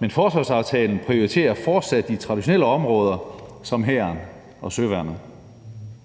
men forsvarsaftalen prioriterer fortsat de traditionelle områder som hæren og søværnet.